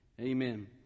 Amen